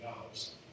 dollars